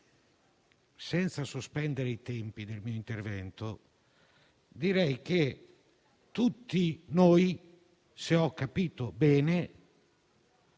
Senza sospendere i tempi del mio intervento, direi che, se ho capito bene,